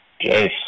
Yes